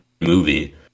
movie